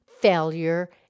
failure